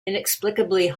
inexplicably